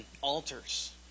altars